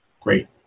great